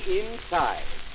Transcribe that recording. inside